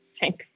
Thanks